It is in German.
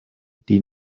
die